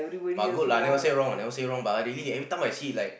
but good lah never say wrong never say wrong but really every time I see like